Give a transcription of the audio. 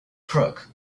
crook